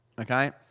Okay